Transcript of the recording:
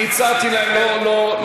אני מציע, הצעתי להם לא,